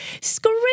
scream